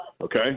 okay